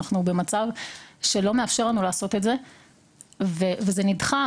אנחנו במצב שלא מאפשר לנו לעשות את זה וזה נדחה,